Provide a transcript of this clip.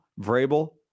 Vrabel